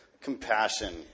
Compassion